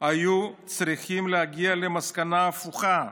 היו צריכים להגיע למסקנה הפוכה,